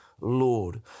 Lord